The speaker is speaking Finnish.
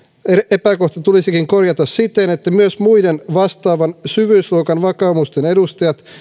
epäkohta tulisikin korjata siten että myös muiden vastaavan syvyysluokan vakaumusten edustajat